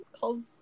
calls